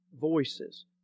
voices